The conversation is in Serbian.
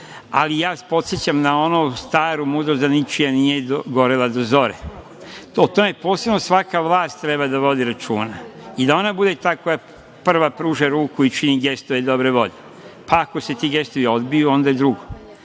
žalost. Podsećam na onu staru mudrost – da ničija nije gorela do zore. O tome posebno svaka vlast treeba da vodi računa i da ona bude taj koja prva pruža ruku i čini gestove dobre volje. Pa, ako se ti gestovi odbiju onda je drugo. Treće,